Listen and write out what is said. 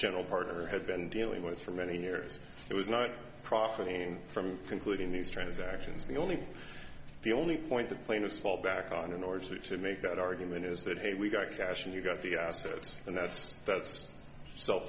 general partner has been dealing with for many years it was not profiting from concluding these transactions the only the only point the plaintiffs fall back on in order to make that argument is that hey we've got cash and you've got the assets and that's that's s